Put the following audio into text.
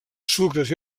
sucres